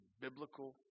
biblical